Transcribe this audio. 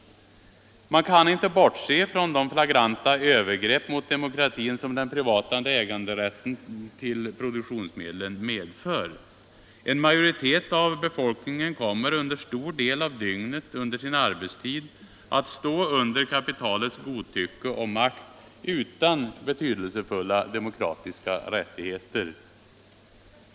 Man kan inte bortse från de flagranta övergrepp mot demokratin som den privata äganderätten till produktionsmedlen medför. Majoriteten av befolkningen kommer under en stor del av dygnet, under sin arbetstid, att stå under kapitalets godtycke och makt utan betydelsefulla demokratiska rättigheter.